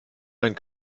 einen